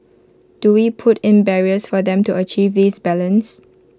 do we put in barriers for them to achieve this balance